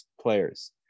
players